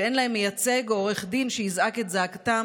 שאין להם מייצג או עורך דין שיזעק את זעקתם",